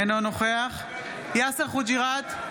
אינו נוכח יאסר חוג'יראת,